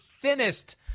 thinnest